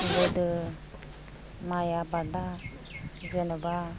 गोदो माय आबादा जेन'बा